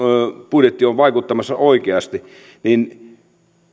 budjetti on vaikuttamassa oikeasti